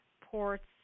ports